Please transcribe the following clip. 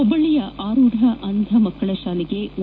ಹುಬ್ಲಳ್ಳಯ ಆರೂಢ ಅಂಧ ಮಕ್ಕಳ ಶಾಲೆಗೆ ಓ